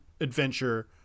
adventure